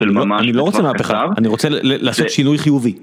אני לא רוצה מהפכה, אני רוצה לעשות שינוי חיובי.